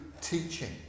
teaching